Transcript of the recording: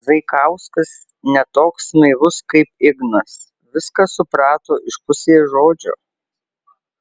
zaikauskas ne toks naivus kaip ignas viską suprato iš pusės žodžio